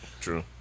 True